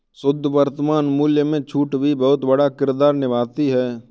शुद्ध वर्तमान मूल्य में छूट भी बहुत बड़ा किरदार निभाती है